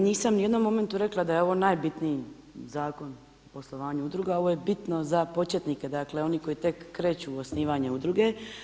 Nisam ni u jednom momentu rekla da je ovo najbitniji zakon o poslovanju udruga, ovo je bitno za početnike dakle oni koji tek kreću u osnivanje udruge.